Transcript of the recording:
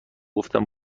گفتم